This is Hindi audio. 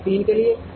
साइट 3 के लिए